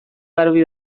garbi